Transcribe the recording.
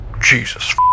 Jesus